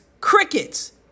crickets